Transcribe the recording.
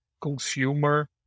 consumer